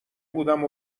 بودم